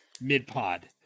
mid-pod